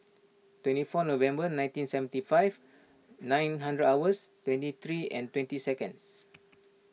twenty four November nineteen seventy five nine hundred hours twenty three and twenty seconds